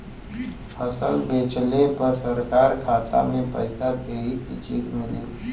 फसल बेंचले पर सरकार खाता में पैसा देही की चेक मिली?